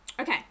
okay